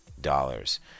dollars